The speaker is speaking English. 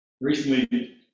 recently